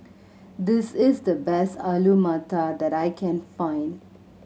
this is the best Alu Matar that I can find